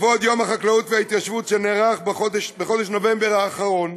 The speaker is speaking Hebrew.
לכבוד יום החקלאות וההתיישבות שנערך בחודש נובמבר האחרון,